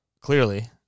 Clearly